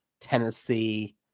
Tennessee